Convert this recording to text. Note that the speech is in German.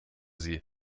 sie